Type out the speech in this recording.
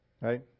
Right